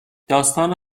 داستان